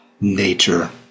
nature